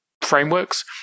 frameworks